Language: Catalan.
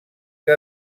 que